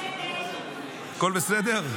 הכול בסדר?